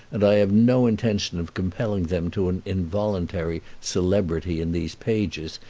and i have no intention of compelling them to an involuntary celebrity in these pages,